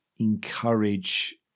encourage